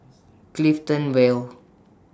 Clifton Vale